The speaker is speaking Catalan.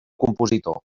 compositor